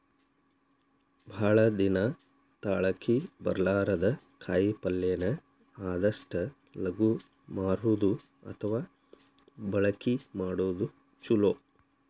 ಭಾಳ ದಿನಾ ತಾಳಕಿ ಬರ್ಲಾರದ ಕಾಯಿಪಲ್ಲೆನ ಆದಷ್ಟ ಲಗು ಮಾರುದು ಅಥವಾ ಬಳಕಿ ಮಾಡುದು ಚುಲೊ